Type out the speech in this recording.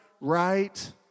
Right